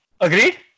agreed